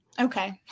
Okay